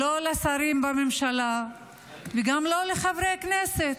לא לשרים בממשלה וגם לא לחברי הכנסת.